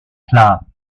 klar